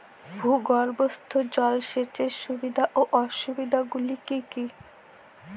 ভূগর্ভস্থ জল সেচের সুবিধা ও অসুবিধা গুলি কি কি?